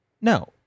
No